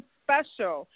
special